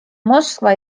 moskva